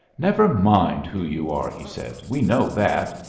never mind who you are, he said. we know that.